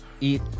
eat